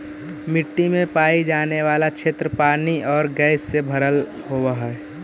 मिट्टी में पाई जाने वाली क्षेत्र पानी और गैस से भरल होवअ हई